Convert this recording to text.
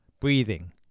breathing